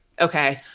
okay